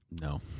No